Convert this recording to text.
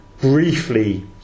briefly